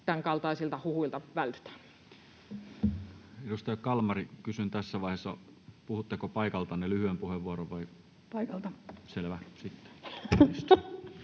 tämänkaltaisilta huhuilta vältytään. Edustaja Kalmari, kysyn tässä vaiheessa, puhutteko paikaltanne lyhyen puheenvuoron. [Anne